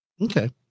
okay